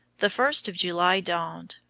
the first of july dawned.